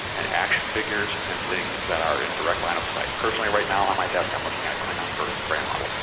and action figures and things that are in direct line of sight. personally right now on my desk i'm looking at at klingon bird of prey model.